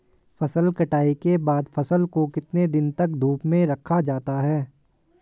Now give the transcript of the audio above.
फसल कटाई के बाद फ़सल को कितने दिन तक धूप में रखा जाता है?